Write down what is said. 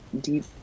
Deep